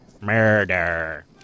Murder